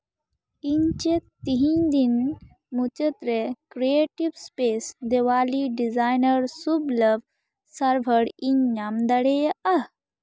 ᱤᱧ ᱪᱮᱫ ᱛᱮᱦᱮᱧ ᱫᱤᱱ ᱢᱩᱪᱟᱹᱫ ᱨᱮ ᱠᱨᱤᱭᱮᱴᱤᱵᱥ ᱥᱯᱮᱥ ᱫᱤᱣᱟᱞᱤ ᱰᱤᱡᱟᱭᱱᱟᱨ ᱥᱩᱵᱞᱟᱵ ᱥᱟᱨᱵᱷᱟᱨ ᱤᱧ ᱧᱟᱢ ᱫᱟᱲᱮᱭᱟᱜᱼᱟ